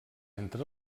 entre